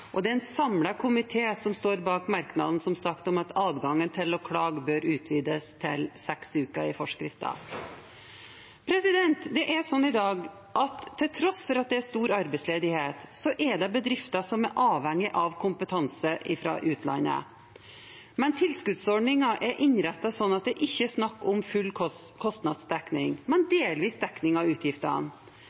Det er en samlet komité som står bak merknaden om at adgangen til å klage bør utvides til seks uker i forskriften. Til tross for at det er stor arbeidsledighet, er det i dag bedrifter som er avhengige av kompetanse fra utlandet. Men tilskuddsordningen er innrettet slik at det ikke er snakk om full kostnadsdekning, men delvis dekning av utgiftene.